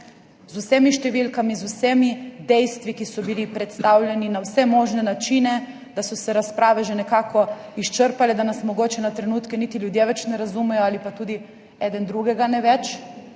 z vsemi številkami, z vsemi dejstvi, ki so bila predstavljena na vse možne načine, da so se razprave že nekako izčrpale, da nas mogoče na trenutke niti ljudje več ne razumejo ali pa tudi eden drugega ne več.